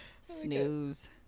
snooze